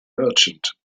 merchant